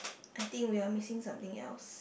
I think we are missing something else